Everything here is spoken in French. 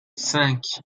cinq